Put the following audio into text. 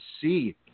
see